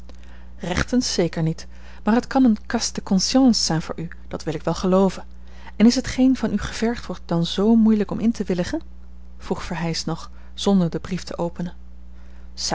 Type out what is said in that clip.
rechtens zeker niet maar het kan een cas de conscience zijn voor u dat wil ik wel gelooven en is hetgeen van u gevergd wordt dan zoo moeilijk om in te willigen vroeg verheyst nog zonder den brief te openen